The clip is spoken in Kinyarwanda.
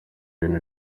bintu